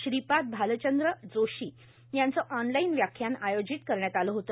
श्रीपाद भालचंद्र जोशी यांच ऑनलाईन व्याख्यान आयोजन करण्यात आल होत